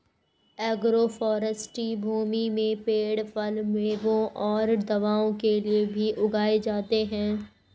agroforestry भूमि में पेड़ फल, मेवों और दवाओं के लिए भी उगाए जाते है